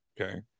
Okay